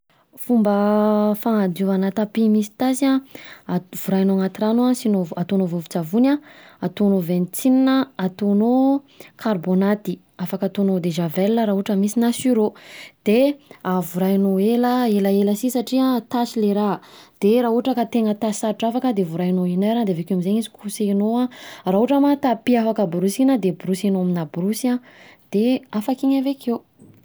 Fomba fanadiovana tapis misy tasy an de vorahinao anaty rano an, asinao- ataonao vovo-tsavony an, ataonao ventsin an, ataonao carbonaty afaka ataonao eau de javel raha ohatra misy na sur'eau, de vorahinao ela, elaela si satria tasy le raha, de raha ohatra ka tena tasy sarotra afaka de vorahinao une heure de avekeo am'zegny kosegninao an raha ohatra ma tapis afaka borosina de borosinao aminà borosy de afaka iny avekeo.